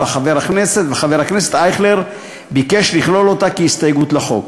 וחבר הכנסת אייכלר ביקש לכלול אותה כהסתייגות לחוק.